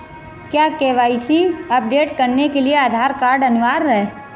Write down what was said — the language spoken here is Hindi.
क्या के.वाई.सी अपडेट करने के लिए आधार कार्ड अनिवार्य है?